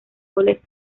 goles